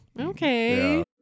okay